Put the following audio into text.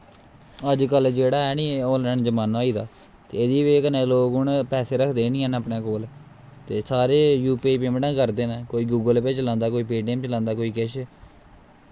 अजकल्ल जेह्ड़ा ऐ नी आनलाइन जमाना होई गेदा ते एह्दी बजह कन्नै हून लोग पैसे रक्खदे निं हैन अपने कोल ते सारे गै यू पी आई पैमैंटां करदे न कोई गूगल पे चलांदा कोई पे टी ऐम्म चलांदा कोई किश